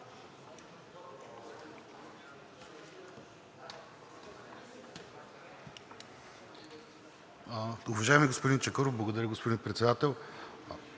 Благодаря,